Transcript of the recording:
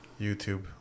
YouTube